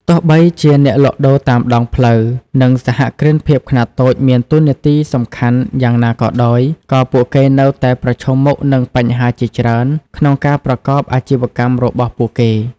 ទោះបីជាអ្នកលក់ដូរតាមដងផ្លូវ និងសហគ្រិនភាពខ្នាតតូចមានតួនាទីសំខាន់យ៉ាងណាក៏ដោយ ក៏ពួកគេនៅតែប្រឈមមុខនឹងបញ្ហាជាច្រើនក្នុងការប្រកបអាជីវកម្មរបស់ពួកគេ ។